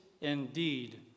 indeed